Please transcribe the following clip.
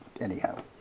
anyhow